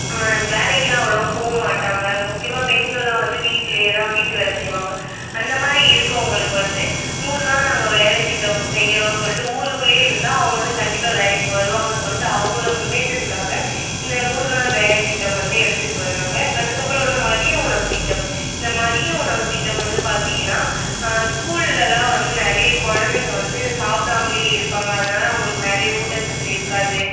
வேலைக்குலாம் அவ்வளோவும் போக மாட்டாங்க முக்கியமாக பெண்கள்லாம் வந்து வீட்லையே தான் வீட்டு வேலை செய்வாங்க அந்த மாதிரி இருக்கவங்களுக்கு வந்து நூறு நாள் நாங்கள் வேலைத் திட்டம் செய்யறோம் சொல்லிட்டு ஊர் உள்ளே இருந்தால் அவங்க வந்து கண்டிப்பாக வேலைக்கு வருவாங்க சொல்லிட்டு அவங்கள முன்னேற்றதுக்காக இந்த நூறு நாள் வேலைத் திட்டம் வந்து எடுத்துட்டு வந்தாங்க அதற்கப்பறம் வந்து மதிய உணவுத் திட்டம் இந்த மதிய உணவுத் திட்டம் வந்து பார்த்தீங்கன்னா ஸ்கூல்லலாம் வந்து நிறைய குழந்தைங்க வந்து சாப்பிடாமலே இருப்பாங்க அதனால் அவங்களுக்கு நிறைய ஊட்டச்சத்து இருக்காது